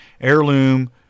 heirloom